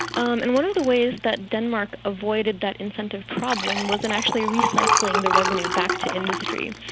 um and one of the ways that denmark avoided that incentive problem was in actually recycling the revenue back to industry.